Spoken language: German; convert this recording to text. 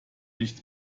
nichts